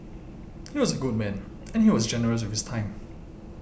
he was a good man and he was generous with his time